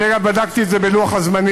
אני, אגב, בדקתי את זה בלוח הזמנים,